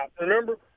remember